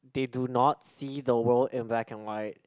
they do not see the world in black and white